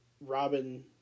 Robin